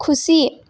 खुसी